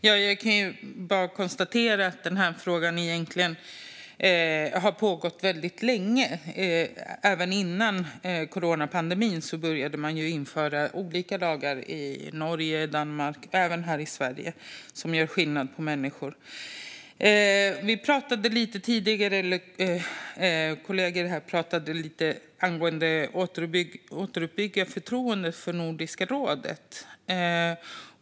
Fru talman! Jag kan bara konstatera att den här frågan egentligen har funnits väldigt länge; även innan coronapandemin började man införa olika lagar i Norge och Danmark, och även här i Sverige, som gör skillnad på människor. Kollegorna här pratade tidigare om att återuppbygga förtroendet för Nordiska rådet.